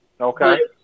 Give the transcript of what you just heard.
Okay